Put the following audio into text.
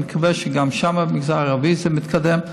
אני מקווה שגם במגזר הערבי זה מתקדם.